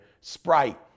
Sprite